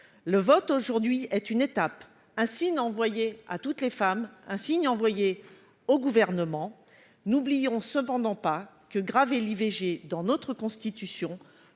Le vote d'aujourd'hui est une étape, un signe envoyé à toutes les femmes et au Gouvernement. N'oublions cependant pas que graver l'IVG dans notre Constitution